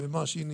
במה שהיא נדרשת,